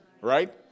Right